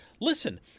Listen